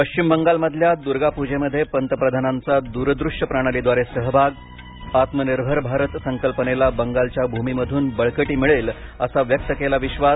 पश्चिम बंगालमधल्या दुर्गा पूजेमध्ये पंतप्रधानांचा दूरदृष्य प्रणालीद्वारे सहभाग आत्मनिर्भर भारत संकल्पनेला बंगालच्या भूमीमधून बळकटी मिळेल असा व्यक्त केला विश्वास